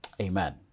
Amen